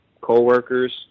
co-workers